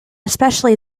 especially